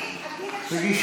אני מצפה